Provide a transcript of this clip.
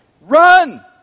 Run